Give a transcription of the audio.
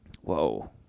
Whoa